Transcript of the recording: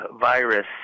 virus